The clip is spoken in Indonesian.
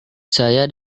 saya